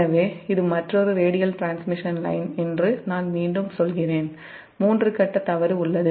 எனவே இது மற்றொரு ரேடியல் டிரான்ஸ்மிஷன் லைன் என்று நான் மீண்டும் சொல்கிறேன் மூன்று கட்ட தவறு உள்ளது